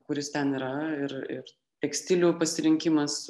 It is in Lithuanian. kuris ten yra ir ir tiek stilių pasirinkimas